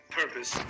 purpose